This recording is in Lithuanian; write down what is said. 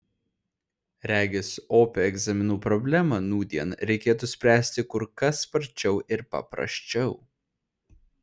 regis opią egzaminų problemą nūdien reikėtų spręsti kur kas sparčiau ir paprasčiau